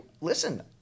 Listen